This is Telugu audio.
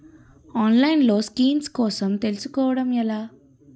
ఆన్లైన్లో స్కీమ్స్ కోసం తెలుసుకోవడం ఎలా?